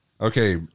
okay